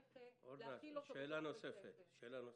שאלה נוספת: